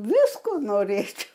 visko norėčiau